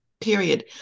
period